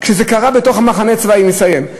כשזה קרה בתוך מחנה צבאי, אני מסיים.